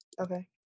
Okay